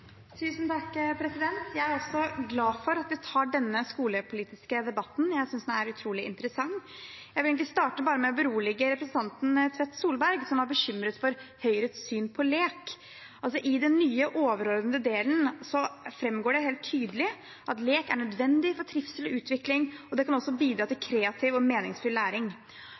også glad for at vi tar denne skolepolitiske debatten. Jeg synes den er utrolig interessant. Jeg vil starte med å berolige representanten Tvedt Solberg, som var bekymret for Høyres syn på lek. I den nye overordnede delen framgår det helt tydelig at lek er nødvendig for trivsel og utvikling, og det kan også bidra til kreativ og meningsfull læring.